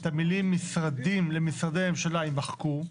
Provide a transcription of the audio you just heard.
המילים "משרדים למשרדי הממשלה" יימחקו,